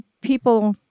people